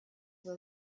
well